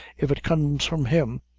if it comes from him.